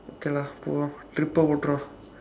okay lah போவோம்:poovoom tripae போட்டுருவோம்:pootduruvoom